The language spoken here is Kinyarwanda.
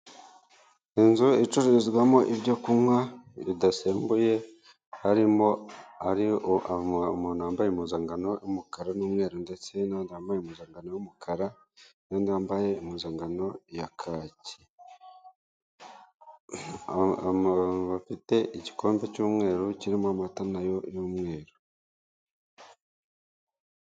Inzu icururizwamo ibyo kunywa ibidasembuye harimo; umuntu wambaye impuzangano y'umukara n'umweru ndetse n'undi wambaye impuzangano y'umukara n'undi wambaye impuzangano ya kaki, hari abantu bafite igikombe cy'umweru kirimo amata nayo y'umweru.